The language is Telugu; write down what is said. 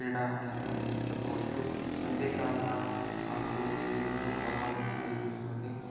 క్రీడా అని ర అని చెప్పవచ్చు అంతేకాక నాకు ఇది ఎక్కువ గర్వాన్ని కలిగిస్తుంది